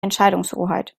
entscheidungshoheit